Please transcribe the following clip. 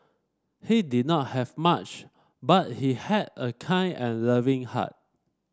he did not have much but he had a kind and loving heart